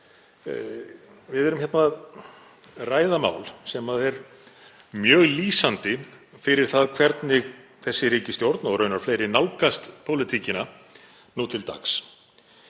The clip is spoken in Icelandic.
við ræðum hér mál sem er mjög lýsandi fyrir það hvernig þessi ríkisstjórn, og raunar fleiri, nálgast pólitíkina nú til dags.